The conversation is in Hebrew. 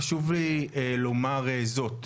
חשוב לי לומר זאת,